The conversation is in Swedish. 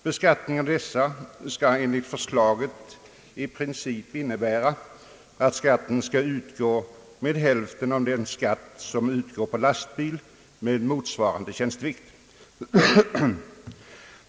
Beskattningen av dem skall enligt förslaget i princip innebära att skatten skall utgå med hälften av den skatt som utgår på lastbil med motsvarande tjänstevikt.